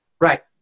Right